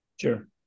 sure